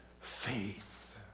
faith